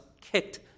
kicked